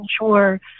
ensure